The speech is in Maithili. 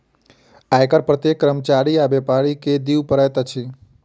आय कर प्रत्येक कर्मचारी आ व्यापारी के दिअ पड़ैत अछि